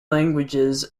languages